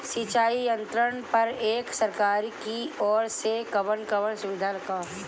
सिंचाई यंत्रन पर एक सरकार की ओर से कवन कवन सुविधा बा?